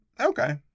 okay